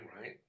right